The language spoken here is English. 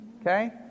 Okay